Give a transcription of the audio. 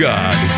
God